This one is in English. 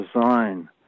design